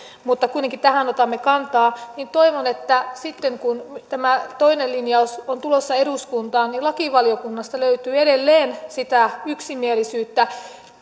mutta johon kuitenkin otamme kantaa nyt lakivaliokuntaan tulee niin sitten kun tämä toinen linjaus on tulossa eduskuntaan niin lakivaliokunnasta löytyy edelleen sitä yksimielisyyttä